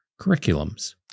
curriculums